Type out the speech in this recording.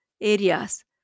areas